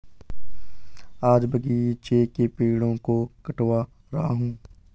आज बगीचे के पेड़ों को कटवा रहा हूं